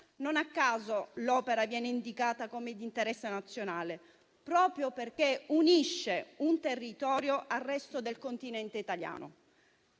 Non a caso, l'opera viene indicata come di interesse nazionale, proprio perché unisce un territorio al resto dell'Italia.